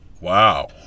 Wow